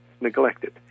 neglected